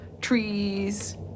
trees